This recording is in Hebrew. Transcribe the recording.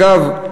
אגב,